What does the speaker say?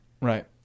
right